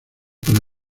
para